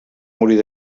morir